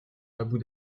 abu